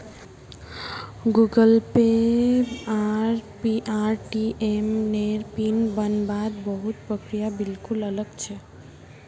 Google Pay आर ATM नेर PIN बन वात बहुत प्रक्रिया बिल्कुल अलग छे